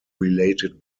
related